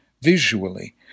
visually